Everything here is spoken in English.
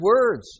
words